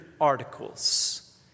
articles